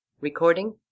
Recording